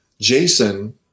Jason